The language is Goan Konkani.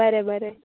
बरें बरें